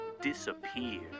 disappear